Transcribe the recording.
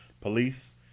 Police